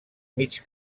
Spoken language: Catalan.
mig